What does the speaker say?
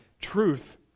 truth